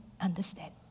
understand